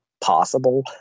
possible